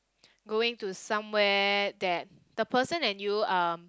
going to somewhere that the person and you um